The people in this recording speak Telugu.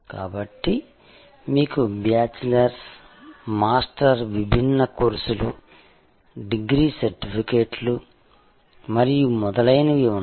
కాబట్టి మీకు బ్యాచిలర్స్ మాస్టర్ విభిన్న కోర్సులు డిగ్రీ సర్టిఫికేట్లు మరియు మొదలైనవి ఉన్నాయి